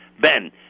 Ben